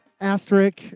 Asterisk